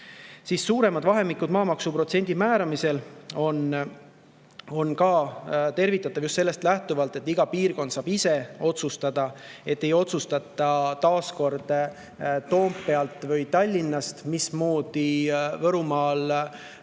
Suuremad vahemikud maamaksu protsendi määramisel on ka tervitatavad just sellest lähtuvalt, et iga piirkond saab ise otsustada. Ei otsustatud taaskord Toompealt või Tallinnast, mismoodi Võrumaal, Mulgimaal,